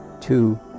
Two